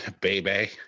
Baby